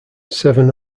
seven